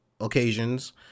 occasions